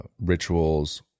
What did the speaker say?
rituals